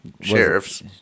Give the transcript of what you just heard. sheriffs